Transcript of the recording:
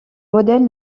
modèle